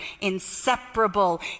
inseparable